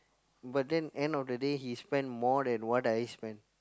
but then end of the day he spend more than what I spend